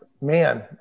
man